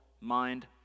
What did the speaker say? mind